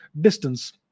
distance